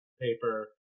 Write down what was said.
paper